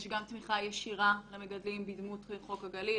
יש גם תמיכה ישירה למגדלים בדמות חוק הגליל.